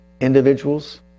individuals